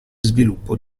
sviluppo